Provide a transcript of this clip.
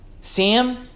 Sam